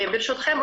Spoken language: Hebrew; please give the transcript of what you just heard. ברשותכם,